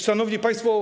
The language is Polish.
Szanowni Państwo!